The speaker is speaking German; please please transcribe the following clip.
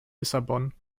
lissabon